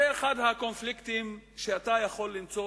זה אחד הקונפליקטים שאתה יכול למצוא